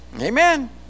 Amen